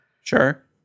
Sure